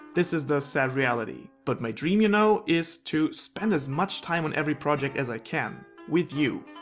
this is the so reality. but my dream, you know, is to spend as much time on every project as i can. with you.